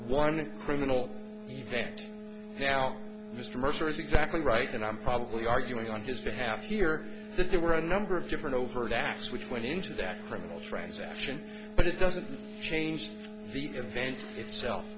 one criminal event now mr mercer is exactly right and i'm probably arguing on his behalf here that there were a number of different overt acts which went into that criminal transaction but it doesn't change the event itself